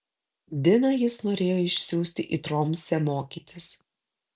diną jis norėjo išsiųsti į tromsę mokytis